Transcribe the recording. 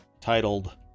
titled